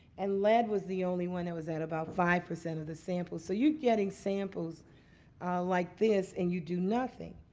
and lead was the only one that was at about five percent of the sample. so you're getting samples like this and you do nothing.